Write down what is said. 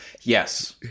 Yes